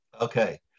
Okay